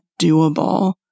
doable